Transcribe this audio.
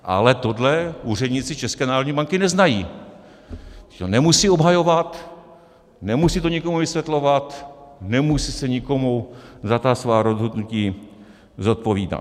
Ale tohle úředníci České národní banky neznají, to nemusí obhajovat, nemusí to nikomu vysvětlovat, nemusí se nikomu za svá rozhodnutí zodpovídat.